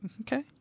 Okay